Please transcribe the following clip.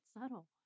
subtle